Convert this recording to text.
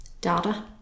data